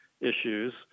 issues